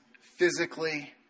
physically